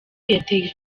yateye